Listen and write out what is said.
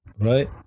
right